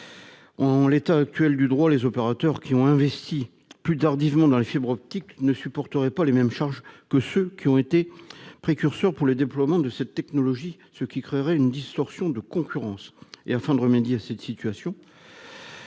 En l'état actuel du droit, les opérateurs ayant investi plus tardivement dans la fibre optique ne supporteraient pas les mêmes charges que ceux qui ont été précurseurs dans le déploiement de cette technologie, ce qui créerait une distorsion de concurrence. Pour remédier à cette situation,